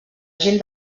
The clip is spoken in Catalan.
gent